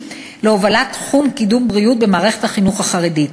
להובלת תחום קידום הבריאות במערכת החינוך החרדית.